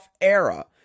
era